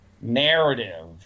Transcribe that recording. narrative